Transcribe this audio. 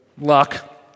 luck